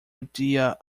idea